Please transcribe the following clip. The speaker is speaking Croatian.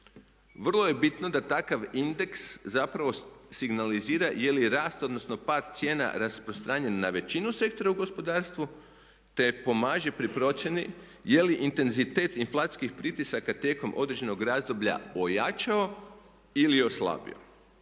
Vrlo je bitno da takav indeks zapravo signalizira je li rast, odnosno pad cijena rasprostranjen na većinu sektora u gospodarstvu, te pomaže pri procjeni je li intenzitet inflacijskih pritisaka tijekom određenog razdoblja ojačao ili oslabio.